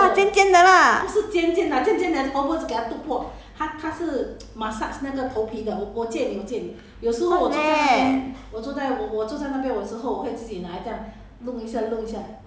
尖尖的 ya lah 尖尖的 lah what's that